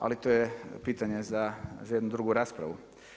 Ali to je pitanje za jednu drugu raspravu.